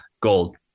gold